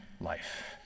life